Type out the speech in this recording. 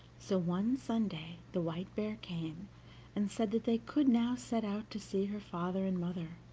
so one sunday the white bear came and said that they could now set out to see her father and mother,